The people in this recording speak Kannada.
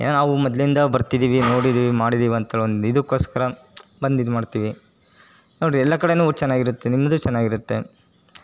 ಏನೋ ನಾವು ಮೊದಲಿಂದ ಬರ್ತಿದ್ದೀವಿ ನೋಡಿದೀವಿ ಮಾಡಿದೀವಿ ಅಂತ ಹೇಳಿ ಒಂದು ಇದಕ್ಕೋಸ್ಕರ ಬಂದು ಇದು ಮಾಡ್ತೀವಿ ನೋಡಿರಿ ಎಲ್ಲ ಕಡೆನೂ ಚೆನ್ನಾಗಿರುತ್ತೆ ನಿಮ್ಮದೂ ಚೆನ್ನಾಗಿರುತ್ತೆ